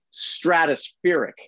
stratospheric